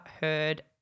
heard